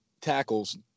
tackles